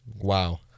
Wow